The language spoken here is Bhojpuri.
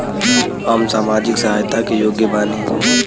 हम सामाजिक सहायता के योग्य बानी?